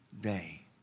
day